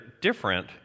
different